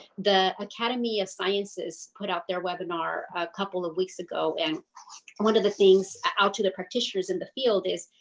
the academy of sciences put out their webinar a couple of weeks ago and one of the things out to the practitioners in the field is